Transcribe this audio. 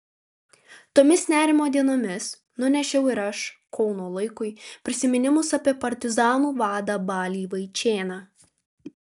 tomis nerimo dienomis nunešiau ir aš kauno laikui prisiminimus apie partizanų vadą balį vaičėną